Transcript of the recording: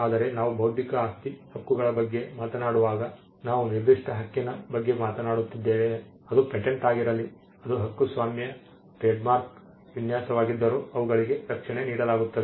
ಆದರೆ ನಾವು ಬೌದ್ಧಿಕ ಆಸ್ತಿ ಹಕ್ಕುಗಳ ಬಗ್ಗೆ ಮಾತನಾಡುವಾಗ ನಾವು ನಿರ್ದಿಷ್ಟ ಹಕ್ಕಿನ ಬಗ್ಗೆ ಮಾತನಾಡುತ್ತಿದ್ದೇವೆ ಅದು ಪೇಟೆಂಟ್ ಆಗಿರಲಿ ಅದು ಹಕ್ಕುಸ್ವಾಮ್ಯ ಟ್ರೇಡ್ಮಾರ್ಕ್ ವಿನ್ಯಾಸವಾಗಿದ್ದರೂ ಅವುಗಳಿಗೆ ರಕ್ಷಣೆ ನೀಡಲಾಗುತ್ತದೆ